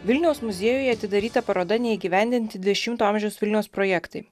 vilniaus muziejuje atidaryta paroda neįgyvendinti dešimto amžiaus vilniaus projektai